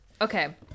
Okay